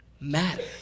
matter